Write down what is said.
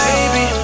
Baby